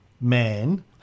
man